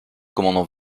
commandant